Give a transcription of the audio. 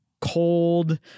cold